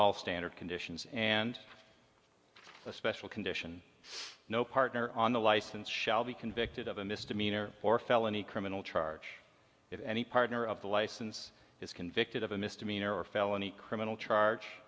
all standard conditions and a special condition no partner on the license shall be convicted of a misdemeanor or felony criminal charge if any partner of the license is convicted of a misdemeanor or felony criminal charge